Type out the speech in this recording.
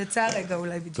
יצא רגע אולי.